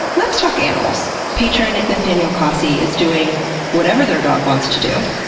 let's talk animals. patron, nathaniel cossey is doing whatever their dog wants to do.